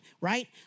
right